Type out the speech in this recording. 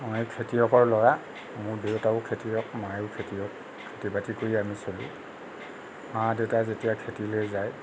মই খেতিয়কৰ ল'ৰা মোৰ দেউতাও খেতিয়ক মাও খেতিয়ক খেতি বাতি কৰিয়েই আমি চলোঁ মা দেউতা যেতিয়া খেতিলৈ যায়